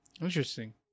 Interesting